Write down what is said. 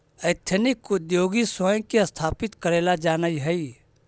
ethnic उद्योगी स्वयं के स्थापित करेला जानऽ हई